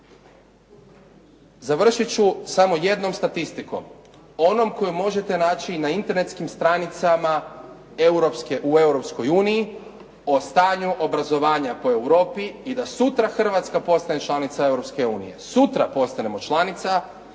Završiti ću samo jednom statistikom, onom koju možete naći i na internetskim stranicama u Europskoj uniji o stanju obrazovanja po Europi i da sutra Hrvatska postane članica Europske unije, sutra postanemo članica,